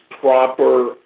proper